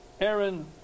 Aaron